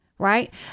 Right